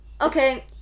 Okay